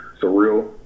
surreal